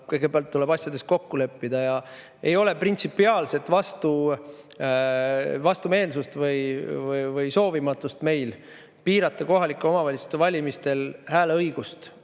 Kõigepealt tuleb ikka asjades kokku leppida. Ei ole printsipiaalset vastumeelsust või soovimatust meil piirata kohalike omavalitsuste valimistel hääleõigust